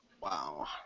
Wow